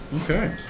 Okay